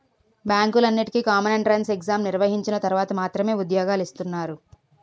బ్యాంకులన్నింటికీ common entrance exam నిర్వహించిన తర్వాత మాత్రమే ఉద్యోగాలు ఇస్తున్నారు